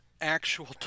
actual